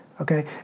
okay